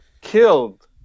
killed